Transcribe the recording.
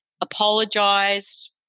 apologised